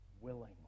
Willingly